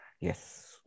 yes